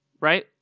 right